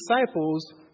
disciples